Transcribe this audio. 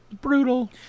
brutal